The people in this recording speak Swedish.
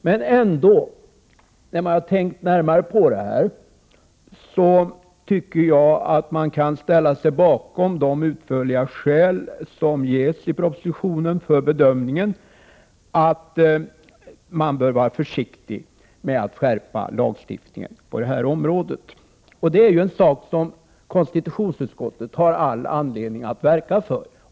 Men ändå, efter att ha tänkt närmare på detta, tycker jag att man kan ställa sig bakom de utförliga skäl som ges i propositionen för bedömningen att man bör vara försiktig med att skärpa lagstiftningen på det här området. Det är ju en sak som konstitutionsutskottet har all anledning att verka för.